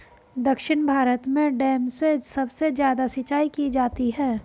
दक्षिण भारत में डैम से सबसे ज्यादा सिंचाई की जाती है